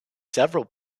several